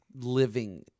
living